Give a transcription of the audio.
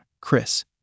Chris